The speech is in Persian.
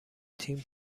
تیم